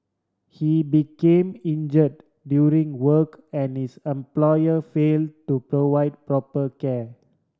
he became injured during work and his employer fail to provide proper care